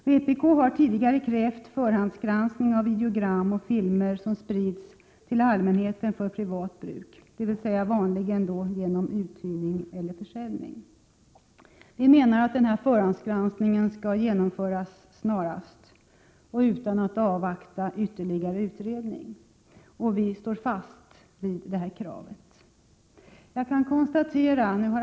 Vpk har tidigare krävt förhandsgranskning av videogram och filmer som sprids till allmänheten för privat bruk, dvs. vanligen genom uthyrning eller försäljning. Vi menar att denna förhandsgranskning bör genomföras snarast och utan att man avvaktar ytterligare utredning. Vi står fast vid detta krav.